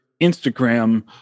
Instagram